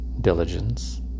diligence